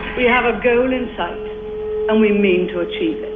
we have a goal in sight and we mean to achieve it.